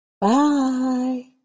Bye